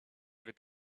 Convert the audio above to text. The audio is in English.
with